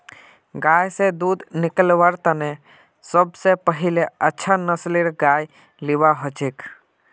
गाय स दूध निकलव्वार तने सब स पहिले अच्छा नस्लेर गाय लिबा हछेक